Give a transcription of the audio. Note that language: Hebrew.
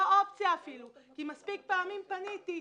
כבר מספיק פעמים פניתי,